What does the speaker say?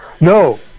No